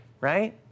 right